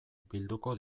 bilduko